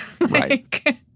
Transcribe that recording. Right